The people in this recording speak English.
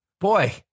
boy